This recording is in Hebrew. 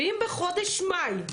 שאם בחודש מאי,